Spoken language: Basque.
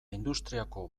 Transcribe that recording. industriako